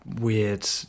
weird